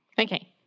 Okay